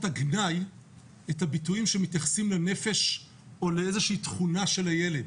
הגנאי את הביטויים שמתייחסים לנפש או לאיזושהי תכונה של הילד.